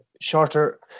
shorter